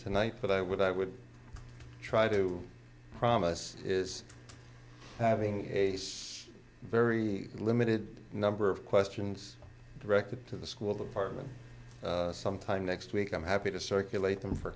tonight but i would i would try to promise having a very limited number of questions directed to the school department sometime next week i'm happy to circulate them for